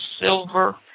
silver